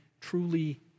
truly